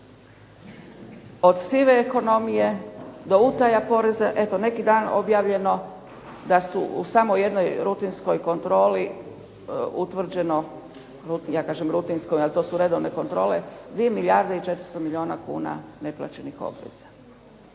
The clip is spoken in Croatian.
od sive ekonomije do utaje poreza. Eto neki dan objavljeno da su u samo jednoj rutinskoj kontroli utvrđeno, ja kažem rutinskoj a to su redovne kontrole, utvrđeno 2 milijarde i 400 milijuna kuna neplaćenih obveza.